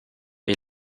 est